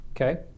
okay